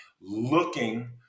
looking